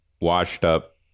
washed-up